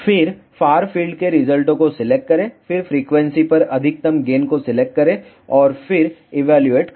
फिर far field के रिजल्टों को सिलेक्ट करें फिर फ्रीक्वेंसी पर अधिकतम गेन को सिलेक्ट करें और फिर इवेलुएट करें